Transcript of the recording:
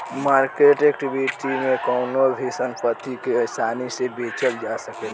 market equity में कवनो भी संपत्ति के आसानी से बेचल जा सकेला